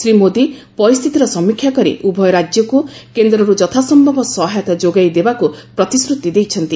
ଶ୍ରୀ ମୋଦୀ ପରିସ୍ଥିତିର ସମୀକ୍ଷା କରି ଉଭୟ ରାଜ୍ୟକୁ କେନ୍ଦ୍ରରୁ ଯଥାସମ୍ଭବ ସହାୟତା ଯୋଗାଇ ଦେବାକୁ ପ୍ରତିଶ୍ରତି ଦେଇଛନ୍ତି